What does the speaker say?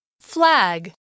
Flag